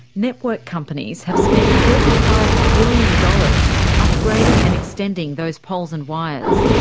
network companies have spent forty five billion dollars upgrading and extending those poles and wires.